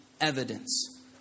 evidence